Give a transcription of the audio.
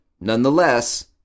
nonetheless